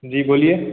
जी बोलिए